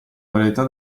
varietà